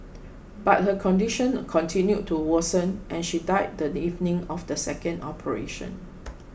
but her condition continued to worsen and she died the evening of the second operation